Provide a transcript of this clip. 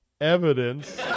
evidence